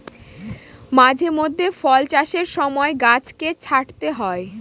মাঝে মধ্যে ফল চাষের সময় গাছকে ছাঁটতে হয়